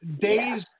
days